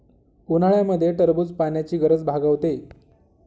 उन्हाळ्यामध्ये टरबूज पाण्याची गरज भागवते